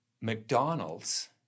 McDonald's